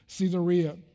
Caesarea